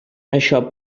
això